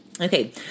Okay